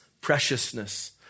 preciousness